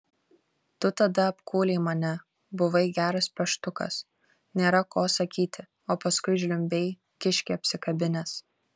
tu tada apkūlei mane buvai geras peštukas nėra ko sakyti o paskui žliumbei kiškį apsikabinęs